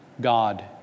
God